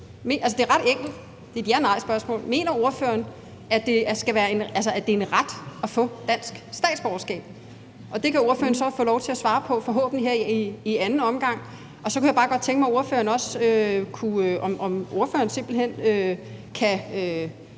det er ret enkelt, det er et ja- eller nejspørgsmål. Mener ordføreren, at det er en ret at få dansk statsborgerskab? Det kan ordføreren så forhåbentlig få lov til at svare på her i anden omgang. Så kunne jeg bare godt tænke mig at høre, om ordføreren kan